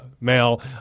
male